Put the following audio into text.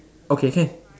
okay can